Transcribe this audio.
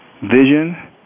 vision